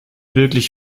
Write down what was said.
wirklich